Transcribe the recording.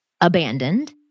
abandoned